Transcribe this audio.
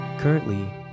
Currently